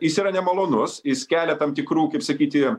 jis yra nemalonus jis kelia tam tikrų kaip sakyti